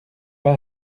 pas